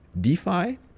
DeFi